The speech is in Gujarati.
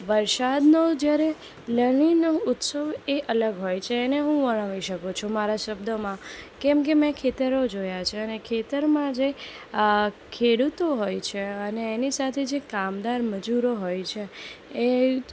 વરસાદનો જયારે લણણીનો ઉત્સવ એ અલગ હોય છે એને હું વર્ણવી શકું છું મારા શબ્દોમાં કેમ કે મેં ખેતરો જોયાં છે અને ખેતરમાં જે ખેડૂતો હોય છે અને એની સાથે જે કામદાર મજૂરો હોય છે એ